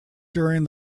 during